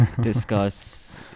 discuss